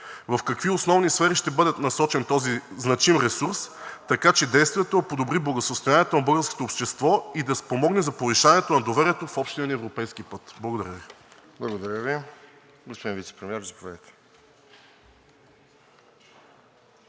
В какви основни сфери ще бъде насочен този значим ресурс, така че действието да подобри благосъстоянието на българското общество и да спомогне за повишаването на доверието в общия ни европейски път. Благодаря Ви. ПРЕДСЕДАТЕЛ РОСЕН ЖЕЛЯЗКОВ: Благодаря